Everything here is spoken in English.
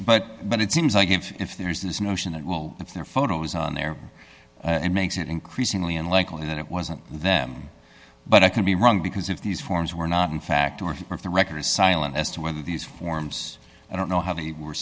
but but it seems like if there is this notion that will if there are photos on there and makes it increasingly unlikely that it wasn't them but i could be wrong because if these forms were not in fact or the records silent as to whether these forms i don't know how they were